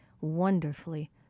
wonderfully